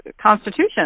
Constitution